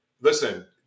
listen